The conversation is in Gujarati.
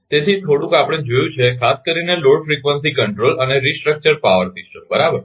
તેથી થોડુંક આપણે જોયું છે કે ખાસ કરીને લોડ ફ્રીક્વન્સી કંટ્રોલ માટે રીસ્ટ્રક્ચર્ડ પાવર સિસ્ટમ બરાબર